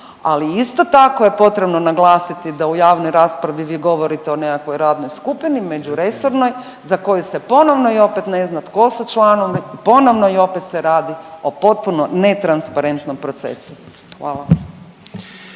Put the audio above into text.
ali isto tako je potrebno naglasiti da u javnoj raspravi vi govorite o nekakvoj radnoj skupini međuresornoj za koju se ponovno i opet ne zna tko su članovi, ponovno i opet se radi o potpuno netransparentnom procesu. Hvala.